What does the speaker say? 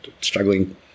struggling